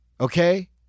Okay